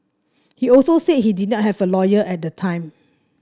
he also said he did not have a lawyer at the time